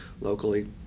locally